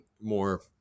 more